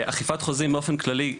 אכיפת חוזים באופן כללי,